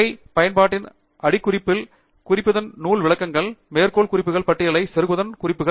உரைப் பயன்பாட்டின் அடிக்குறிப்பில் குறிப்புதவிகள் நூல் விளக்கங்கள் மேற்கோள் குறிப்புகள் பட்டியலை செருகுவதற்கான குறிப்புகள்